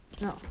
No